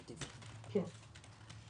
כן.